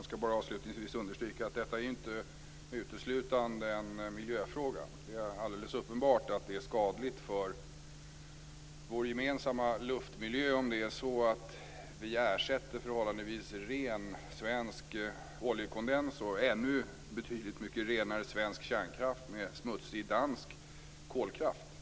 Fru talman! Avslutningsvis vill jag understryka att detta är inte uteslutande en miljöfråga. Det är alldeles uppenbart att det är skadligt för vår gemensamma luftmiljö om vi ersätter förhållandevis ren svensk oljekondenskraft och betydligt mycket renare svensk kärnkraft med smutsig dansk kolkraft.